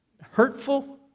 hurtful